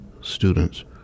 students